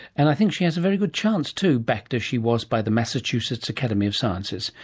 and i think she has a very good chance too, backed as she was by the massachusetts academy of sciences.